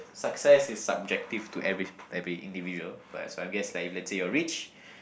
success is subjective to every every individual but so I guess let's say you're rich